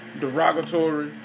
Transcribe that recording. derogatory